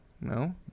No